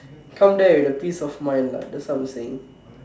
come there with a piece of mind lah that's what I'm saying